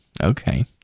Okay